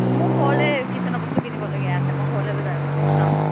অঁ মোৰ ঘৰলৈ কিছেনৰ বস্তু কিনিবলগীয়া আছে মই ঘৰলৈ লৈ যাম এইবাৰ যাওঁতে